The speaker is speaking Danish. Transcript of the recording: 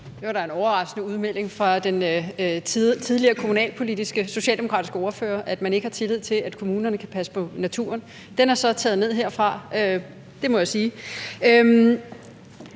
Det var da en overraskende udmelding fra den tidligere kommunalpolitiske socialdemokratiske ordfører, altså at man ikke har tillid til, at kommunerne kan passe på naturen. Det er så taget ned herfra – det må jeg sige.